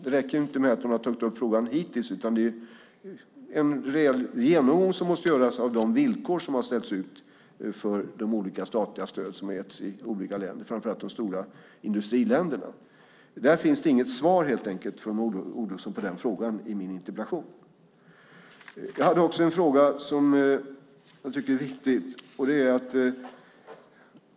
Det räcker inte att hon har tagit upp frågan, utan det måste göras en rejäl genomgång av de villkor som har ställts för de olika statliga stöd som har getts i olika länder, framför allt i de stora industriländerna. Det finns inget svar från Maud Olofsson på denna fråga i interpellationssvaret. Jag har en annan fråga som jag tycker är viktig.